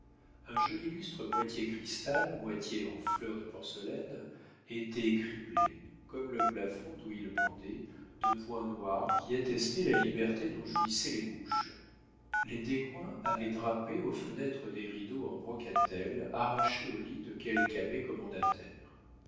un joli lustre moitié cristal moitié en fleurs de porcelaine était criblé comme le plafond d'où il pendait de points noirs qui attestaient la liberté dont jouissaient les mouches les descoings avaient drapé aux fenêtres des rideaux en brocatelle arrachés au lit de quelque abbé